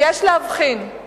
ויש להבחין,